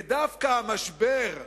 ודווקא המשבר,